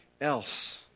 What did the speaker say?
else